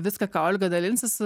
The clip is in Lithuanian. viską ką olga dalinsis